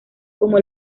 como